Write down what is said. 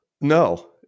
no